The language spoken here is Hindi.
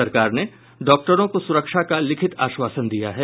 सरकार ने डॉक्टरों को सुरक्षा का लिखित आश्वासन दिया है